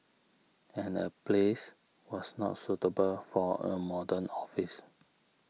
and the place was not suitable for a modern office